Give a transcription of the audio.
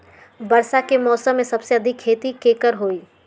वर्षा के मौसम में सबसे अधिक खेती केकर होई?